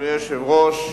אדוני היושב-ראש,